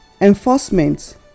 Enforcement